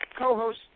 co-host